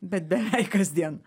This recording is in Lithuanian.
bet beveik kasdien